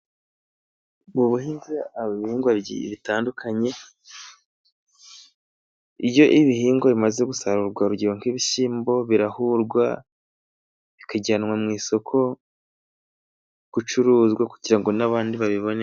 Mu buhinzi haba ibihingwa bitandukanye. Iyo ibihingwa bimaze gusarurwa, urugero nk'ibishyimbo birahurwa bikajyanwa mu isoko gucuruzwa, kugira ngo n'abandi babibone.